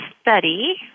study